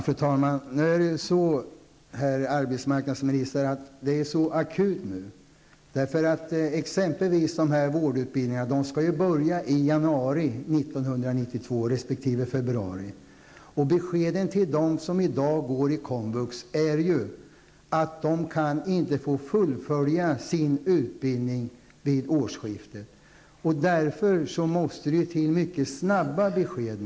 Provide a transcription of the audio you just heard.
Fru talman! Nu är det så, herr arbetsmarknadsminister, att läget är akut. Vårdutbildningarna skall ju börja i januari resp. februari 1992. Beskedet till dem som i dag går i komvux är ju att de inte kan få fullfölja sin utbildning efter årsskiftet. Därför måste det till ett mycket snabbt nytt besked.